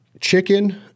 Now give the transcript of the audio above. chicken